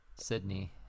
Sydney